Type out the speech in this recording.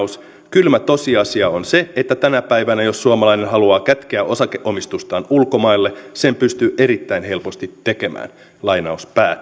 kylmä tosiasia on se että tänä päivänä jos suomalainen haluaa kätkeä osakeomistustaan ulkomaille sen pystyy erittäin helposti tekemään